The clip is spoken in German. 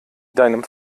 deinem